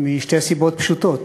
משתי סיבות פשוטות: